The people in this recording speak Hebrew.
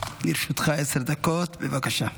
לרשותך עשר דקות, בבקשה.